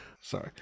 sorry